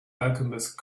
alchemist